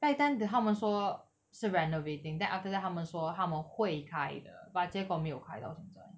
back then 的他们说是 renovating then after that 他们说他们会开的 but 结果没有开到现在